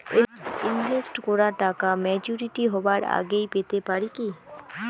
Invest করা টাকা maturity হবার আগেই পেতে পারি কি?